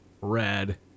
Red